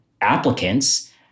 applicants